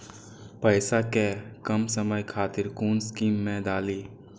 पैसा कै कम समय खातिर कुन स्कीम मैं डाली?